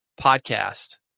podcast